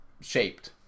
shaped